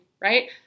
right